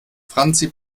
franzi